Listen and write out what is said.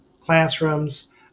classrooms